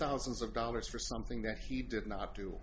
thousands of dollars for something that he did not do